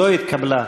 לא התקבלה.